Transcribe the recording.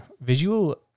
visual